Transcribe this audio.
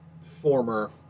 former